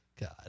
God